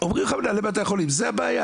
אומרים לך מנהלי בתי החולים שזאת הבעיה